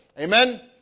Amen